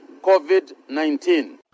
COVID-19